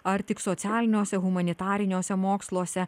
ar tik socialiniuose humanitariniuose moksluose